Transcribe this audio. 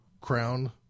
Crown